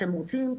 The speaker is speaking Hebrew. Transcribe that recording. אתם רוצים,